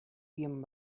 bien